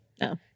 No